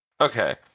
Okay